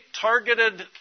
targeted